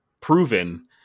proven